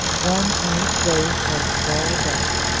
one on each day for the four days.